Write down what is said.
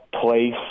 place